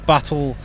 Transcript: Battle